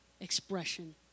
expression